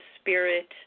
spirit